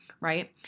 right